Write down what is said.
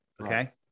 okay